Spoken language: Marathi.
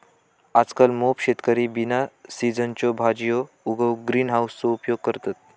आजकल मोप शेतकरी बिना सिझनच्यो भाजीयो उगवूक ग्रीन हाउसचो उपयोग करतत